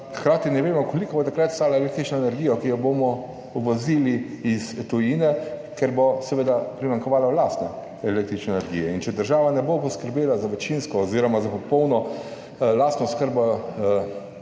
ne vemo, koliko bo takrat stala električna energija, ki jo bomo uvozili iz tujine, ker bo seveda primanjkovalo lastne električne energije. Če država ne bo poskrbela za večinsko oziroma za popolno lastno oskrbo